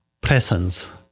presence